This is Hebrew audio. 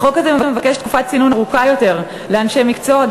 החוק הזה מבקש תקופת צינון ארוכה יותר לאנשי מקצוע,